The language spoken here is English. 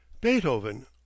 Beethoven